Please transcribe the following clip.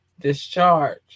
discharge